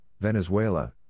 Venezuela